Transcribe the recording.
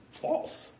false